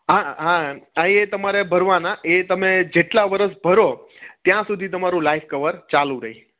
હા હા એ તમારે ભરવાના એ તમે જેટલા વરસ ભરો ત્યાં સુધી તમારું લાઇફ કવર ચાલુ રહે